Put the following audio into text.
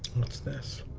what's this?